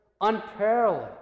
unparalleled